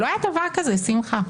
לא היה דבר כזה, שמחה.